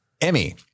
Emmy